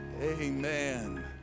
Amen